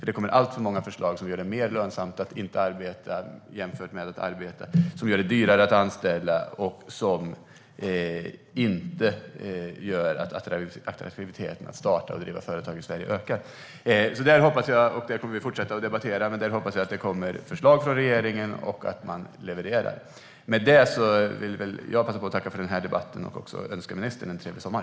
Det kommer alltför många förslag som gör det mer lönsamt att inte arbeta än att arbeta, som gör det dyrare att anställa och som inte gör att attraktiviteten i att starta och driva företag i Sverige ökar. Det kommer vi att fortsätta debattera, men där hoppas jag att det kommer förslag från regeringen och att man levererar. Med det vill jag passa på att tacka för debatten och önska ministern en trevlig sommar.